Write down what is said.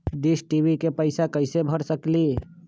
Dish TV के पैईसा कईसे भर सकली?